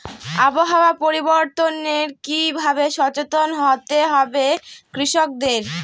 আবহাওয়া পরিবর্তনের কি ভাবে সচেতন হতে হবে কৃষকদের?